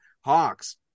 Hawks